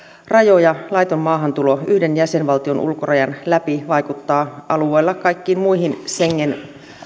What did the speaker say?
rajoja laiton maahantulo yhden jäsenvaltion ulkorajan läpi vaikuttaa kaikkiin muihin schengen